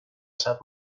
saab